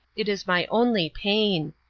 it is my only pain.